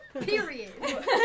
Period